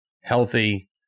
healthy